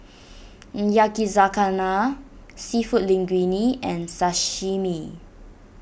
Yakizakana Seafood Linguine and Sashimi